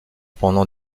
pendant